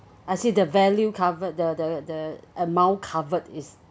I see the value covered the the the amount covered is